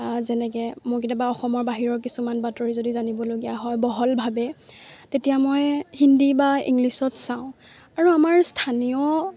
যেনেকৈ মোৰ কেতিয়াবা অসমৰ বাহিৰৰ কিছুমান বাতৰি যদি জানিবলগীয়া হয় বহলভাৱে তেতিয়া মই হিন্দী বা ইংলিছত চাওঁ আৰু আমাৰ স্থানীয়